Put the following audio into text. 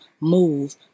move